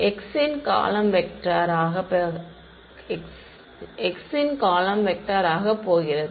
x இன் காலம் vector ஆகப் போகிறது